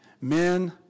Men